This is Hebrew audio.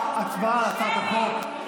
הצבעה על הצעת החוק.